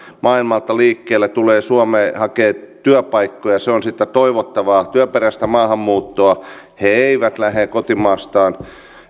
maailmalta liikkeelle tulevat suomeen hakevat työpaikkoja se on sitä toivottavaa työperäistä maahanmuuttoa he eivät lähde kotimaastaan